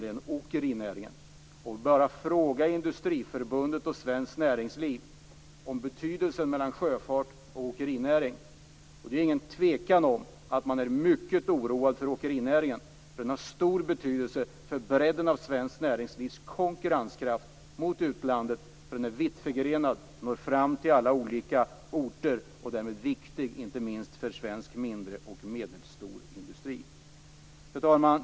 Det är bara att fråga Industriförbundet och det svenska näringslivet om skillnaden i betydelse mellan sjöfarten och åkerinäringen. Det är ingen tvekan om att man är mycket oroad för åkerinäringen. Den har stor betydelse för bredden i det svenska näringslivets konkurrenskraft gentemot utlandet. Den är vitt förgrenad och når fram till många olika orter. Den är viktig inte minst för den mindre och medelstora svenska industrin. Fru talman!